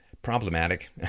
problematic